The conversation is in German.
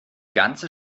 ganze